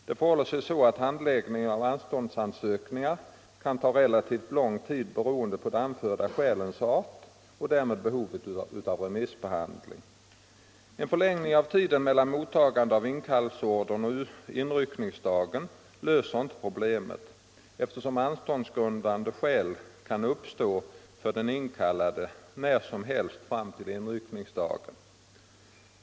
Det förhåller sig så att handläggningen av anståndsansökningar kan ta relativt lång tid beroende på de anförda skälens art och därmed behovet av remissbehandling. En förlängning av tiden mellan mottagande av inkallelseorder och inryckningsdag löser inte problemet, eftersom anståndsgrundande skäl kan uppstå för den inkallade när som helst fram till inryckningsdagen.